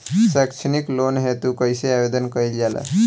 सैक्षणिक लोन हेतु कइसे आवेदन कइल जाला?